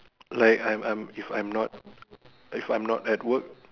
like I'm I'm if I'm not if I'm not at work